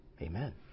Amen